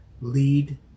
lead